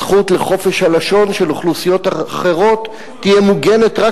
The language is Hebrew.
הזכות לחופש הלשון של אוכלוסיות אחרות תהיה מוגנת רק